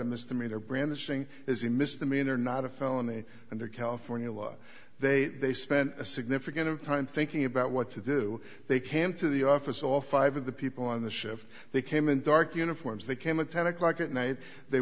a misdemeanor brandishing is a misdemeanor not a felony under california law they they spent a significant of time thinking about what to do they came to the office all five of the people on the shift they came in dark uniforms they came at ten o'clock at night they